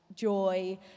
joy